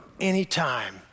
anytime